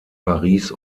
paris